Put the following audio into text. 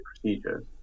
procedures